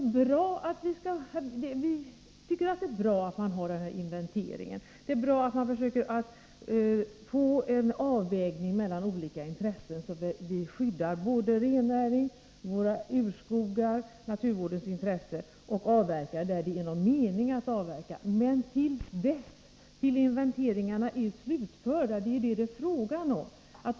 Jag tycker att det är bra att man gör denna inventering. Det är bra att man försöker få en avvägning mellan olika intressen — å ena sidan de som vill skydda rennäringen och våra urskogar och främja naturvården, å andra sidan de som vill avverka där det är någon mening att avverka. Men vad det är fråga om är tiden fram till dess att inventeringen är slutförd.